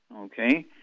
okay